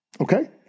Okay